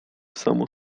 samo